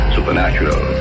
Supernatural